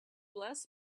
bless